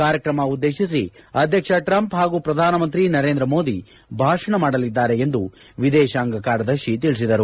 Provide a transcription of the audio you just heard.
ಕಾರ್ಯಕ್ರಮ ಉದ್ದೇಶಿಸಿ ಅಧ್ಯಕ್ಷ ಟ್ರಂಪ್ ಹಾಗೂ ಪ್ರಧಾನಮಂತ್ರಿ ನರೇಂದ್ರ ಮೋದಿ ಭಾಷಣ ಮಾಡಲಿದ್ದಾರೆ ಎಂದು ವಿದೇಶಾಂಗ ಕಾರ್ಯದರ್ಶಿ ತಿಳಿಸಿದರು